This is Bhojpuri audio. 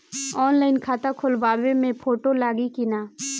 ऑनलाइन खाता खोलबाबे मे फोटो लागि कि ना?